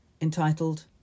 entitled